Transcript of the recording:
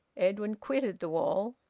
edwin quitted the wall.